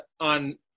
on